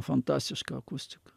fantastiška akustika